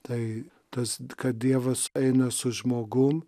tai tas kad dievas eina su žmogum